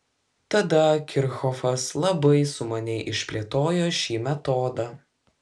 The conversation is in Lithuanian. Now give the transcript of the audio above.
tada kirchhofas labai sumaniai išplėtojo šį metodą